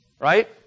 right